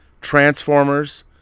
Transformers